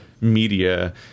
Media